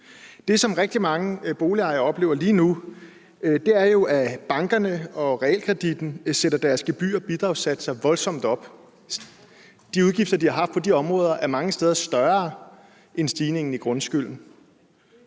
Det, som rigtig mange boligejere oplever lige nu, er jo, at bankerne og realkreditinstitutterne sætter deres gebyr- og bidragssatser voldsomt op. De udgifter, folk har haft på de områder, er mange steder større end stigningen i grundskylden,